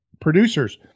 producers